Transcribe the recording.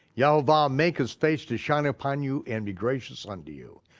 yehovah make his face to shine upon you and be gracious unto you.